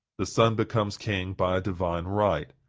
the son becomes king by a divine right.